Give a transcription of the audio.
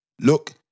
look